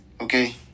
okay